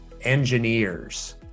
engineers